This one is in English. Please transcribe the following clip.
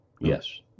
Yes